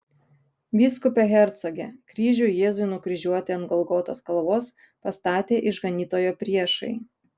vyskupe hercoge kryžių jėzui nukryžiuoti ant golgotos kalvos pastatė išganytojo priešai